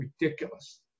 ridiculous